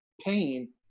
pain